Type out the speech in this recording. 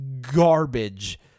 garbage